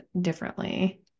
differently